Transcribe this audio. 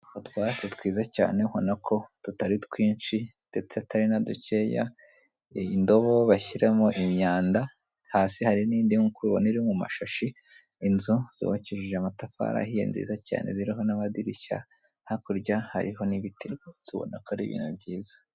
Utwatsi twiza cyane ubona ko tutari twinshi ndetse atari na dukeya, iyi ndobo bashyiramo imyanda, hasi hari indi nkuko ubibona iri mu mashashi inzu zubakishije amatafari ahiye nziza cyane ziriho n'amadirishya hakurya hariho n'ibiti tubona ko ari ibintu byiza.